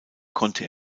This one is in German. konnte